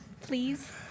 please